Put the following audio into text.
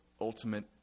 ultimate